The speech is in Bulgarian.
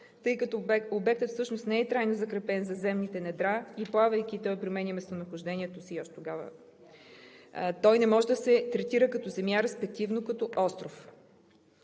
Тъй като обектът всъщност не е трайно закрепен за земните недра и плавайки, той променя местонахождението си, още тогава... Той не може да се третира като земя, респективно като остров.